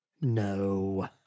No